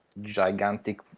gigantic